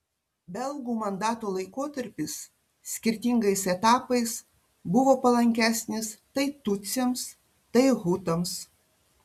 belgų mandato laikotarpis skirtingais etapais buvo palankesnis tai tutsiams tai hutams